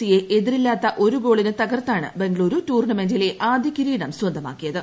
C യെ എതിരില്ലാത്ത് ഒരു ഗോളിന് തകർത്താണ് ബംഗളുരു ടൂർണമെന്റിലെ ആദ്യ കീ്രീടം സ്വന്തമാക്കിയത്